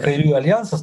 kairių aljansas